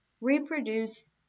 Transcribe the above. reproduce